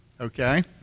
Okay